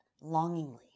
longingly